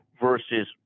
versus